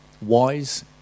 wise